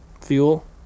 Fuel